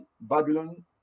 Babylon